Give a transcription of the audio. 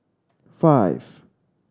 five